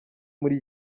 muri